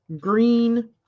Green